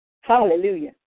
Hallelujah